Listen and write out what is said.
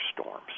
storms